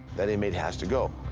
that inmate has to go.